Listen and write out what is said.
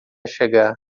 chegar